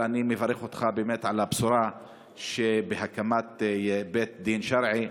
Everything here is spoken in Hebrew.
אני מברך אותך על הבשורה של הקמת בית דין שרעי.